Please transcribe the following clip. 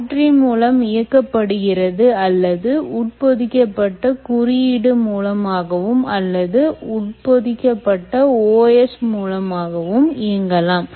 battery மூலம் இயக்கப்படுகிறது அல்லது உட்பொதிக்கப்பட்ட குறியீடு மூலமாகவும் அல்லது உட்பொதிக்கப்பட்ட OS மூலமாகவும் இயங்கலாம்